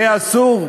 זה אסור.